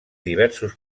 diversos